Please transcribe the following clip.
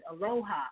aloha